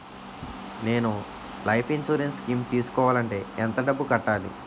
నేను life insurance scheme తీసుకోవాలంటే ఎంత డబ్బు కట్టాలి?